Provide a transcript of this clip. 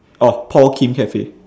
orh paul kim cafe